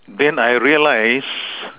then I realize